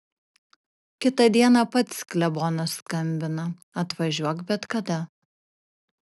kitą dieną pats klebonas skambina atvažiuok bet kada